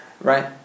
right